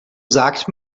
sagt